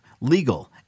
legal